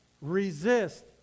Resist